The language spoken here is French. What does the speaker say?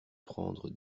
prendre